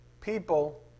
people